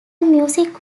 music